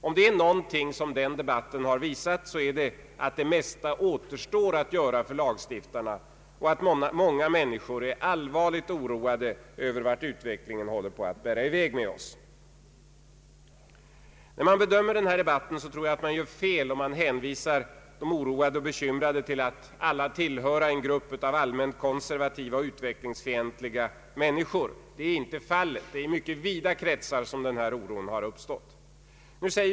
Är det något den debatten visat, så är det att det mesta återstår att göra för lagstiftarna och att många människor är allvarligt oroade över vart utvecklingen håller på att bära iväg med oss. När man bedömer denna debatt gör man fel om man tror att de oroade och bekymrade är att hänföra till en grupp av allmänt konservativa och utvecklingsfientliga människor. Så förhåller det sig inte. Det är i mycket vida kretsar som denna oro uppstått.